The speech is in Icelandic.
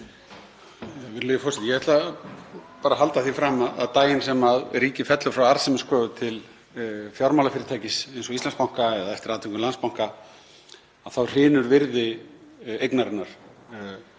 Virðulegi forseti. Ég ætla bara að halda því fram að daginn sem ríkið fellur frá arðsemiskröfu til fjármálafyrirtækis eins og Íslandsbanka, eða eftir atvikum Landsbanka, þá hrynji virði eignarinnar.